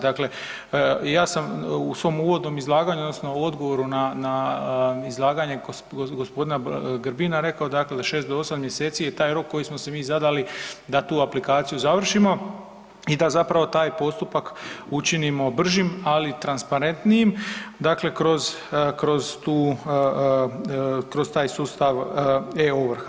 Dakle, ja sam u svom uvodnom izlaganju odnosno odgovoru na izlaganje gospodina Grbina rekao dakle od 6 do 8 mjeseci je taj rok koji smo si mi zadali da tu aplikaciju završimo i da zapravo taj postupak učinimo bržim ali i transparentnijim dakle kroz tu, kroz taj sustav e-ovrha.